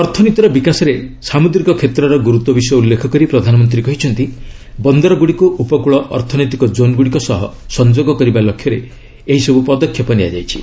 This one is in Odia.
ଅର୍ଥନୀତିର ବିକାଶରେ ସାମୁଦ୍ରିକ କ୍ଷେତ୍ରର ଗୁରୁତ୍ୱ ବିଷୟ ଉଲ୍ଲେଖ କରି ପ୍ରଧାନମନ୍ତ୍ରୀ କହିଛନ୍ତି ବନ୍ଦରଗୁଡ଼ିକୁ ଉପକୂଳ ଅର୍ଥନୈତିକ ଜୋନ୍ ଗୁଡ଼ିକ ସହ ସଂଯୋଗ କରିବା ଲକ୍ଷ୍ୟରେ ଏହିସବୂ ପଦକ୍ଷେପ ନିଆଯାଇଛି